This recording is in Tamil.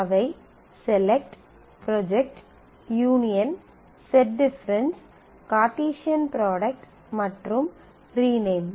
அவை select σ project Π union Ս set difference Cartesian product × மற்றும் ரீநேம் Ρ